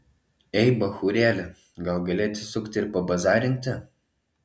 ei bachūrėli gal gali atsisukti ir pabazarinti